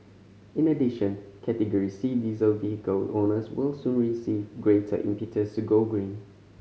in addition Category C diesel vehicle owners will soon receive greater impetus to go green